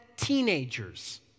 Teenagers